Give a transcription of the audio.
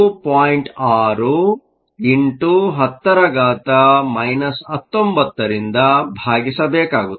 6 x 10 19 ರಿಂದ ಭಾಗಿಸಬೇಕಾಗುತ್ತದೆ